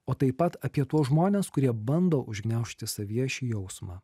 o taip pat apie tuos žmones kurie bando užgniaužti savyje šį jausmą